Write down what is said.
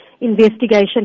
investigation